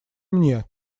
мне